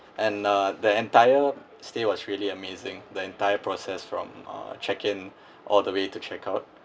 and uh the entire stay was really amazing the entire process from uh check in all the way to check out